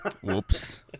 Whoops